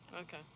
Okay